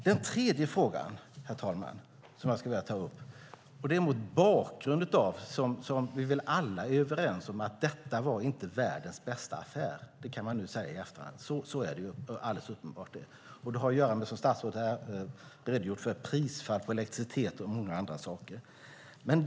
Den tredje delen, herr talman, tar jag upp mot bakgrund av det som vi alla är överens om, nämligen att detta inte var världens bästa affär. Det kan man nu säga i efterhand. Det har att göra med, som statsrådet här redogjorde för, prisfall på elektricitet och många andra saker.